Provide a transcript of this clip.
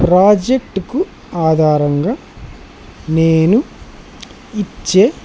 ప్రాజెక్టుకు ఆధారంగా నేను ఇచ్చే